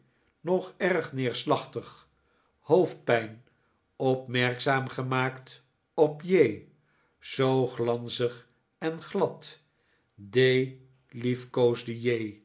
nog erg neerslachtig hoofdpijn opmerkzaam gemaakt op j zoo glanzig en glad d liefkoosde